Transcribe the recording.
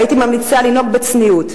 הייתי ממליצה לנהוג בצניעות,